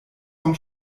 vorm